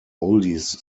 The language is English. oldies